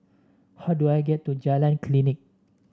how do I get to Jalan Klinik